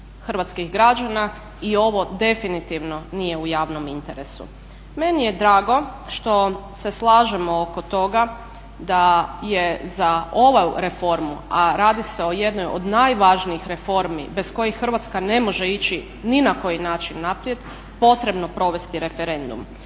hrvatskih građana i ovo definitivno nije u javnom interesu. Meni je drago što se slažemo oko toga da je za ovu reformu, a radi se o jednoj od najvažnijih reformi bez koje Hrvatska ne može ići ni na koji način naprijed potrebno provesti referendum.